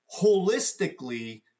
holistically